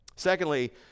Secondly